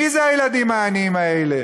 מי זה הילדים העניים האלה?